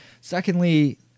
Secondly